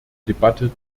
debatte